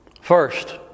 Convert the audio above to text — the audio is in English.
First